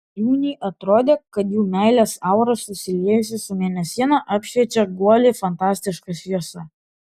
liūnei atrodė kad jų meilės aura susiliejusi su mėnesiena apšviečia guolį fantastiška šviesa